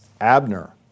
Abner